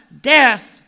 death